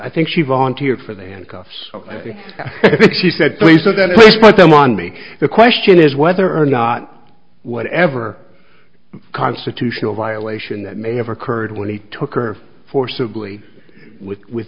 i think she volunteered for the handcuffs she said please please put them on me the question is whether or not whatever constitutional violation that may have occurred when he took her forcibly with